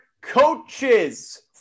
Coaches